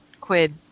quid